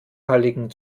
halligen